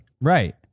right